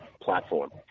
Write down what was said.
platform